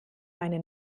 meine